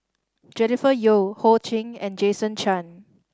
Jennifer Yeo Ho Ching and Jason Chan